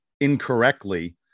incorrectly